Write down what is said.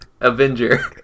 Avenger